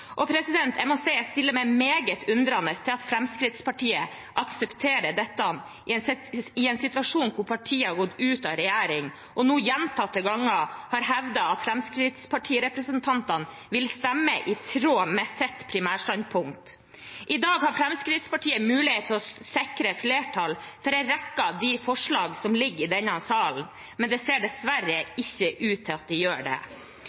Venstres rovdyrpolitikk. Jeg stiller meg meget undrende til at Fremskrittspartiet aksepterer dette i en situasjon hvor partiet har gått ut av regjering, og nå gjentatte ganger har hevdet at Fremskrittsparti-representantene vil stemme i tråd med sitt primærstandpunkt. I dag har Fremskrittspartiet mulighet til å sikre flertall for en rekke av de forslagene som foreligger i denne saken, men det ser dessverre ikke ut til at de vil gjøre det.